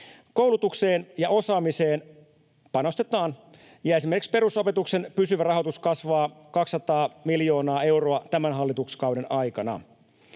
Koulutukseen ja osaamiseen panostetaan, ja esimerkiksi perusopetuksen pysyvä rahoitus kasvaa 200 miljoonaa euroa tämän hallituskauden aikana.